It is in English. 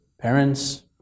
parents